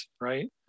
right